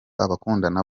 abakundana